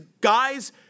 guys